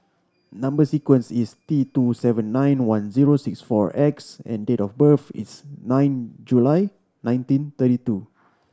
number sequence is T two seven nine one zero six four X and date of birth is nine July nineteen thirty two